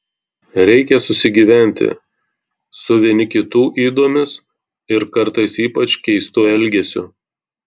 reikia susigyventi su vieni kitų ydomis ir kartais ypač keistu elgesiu